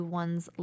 one's